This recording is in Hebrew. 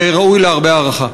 וראוי להרבה הערכה.